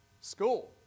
School